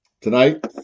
tonight